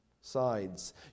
sides